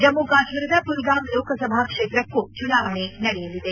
ಜಮ್ಲು ಕಾಶ್ವೀರದ ಪುಲ್ಗಾಂ ಲೋಕಸಭಾ ಕ್ಷೇತ್ರಕ್ಕೂ ಚುನಾವಣೆ ನಡೆಯಲಿದೆ